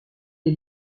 est